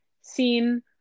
seen